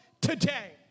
today